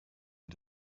und